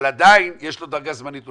אבל עדיין יש לו דרגה זמנית,